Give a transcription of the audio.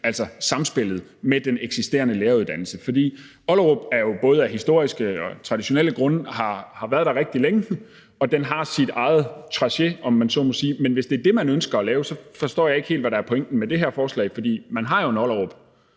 altså samspillet med den eksisterende læreruddannelse. For Ollerup har jo af både historiske og traditionelle grunde været der rigtig længe, og den har sit eget tracé, om man så må sige. Men hvis det er det, man ønsker at lave, så forstår jeg ikke helt, hvad der er pointen med det her forslag. For man har jo en Ollerup.